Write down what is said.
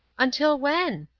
until when?